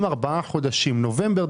אם במשך ארבעה חודשים: נובמבר,